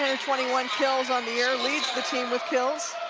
and twenty one kills on the year, leads the team with kills